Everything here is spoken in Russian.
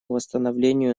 восстановлению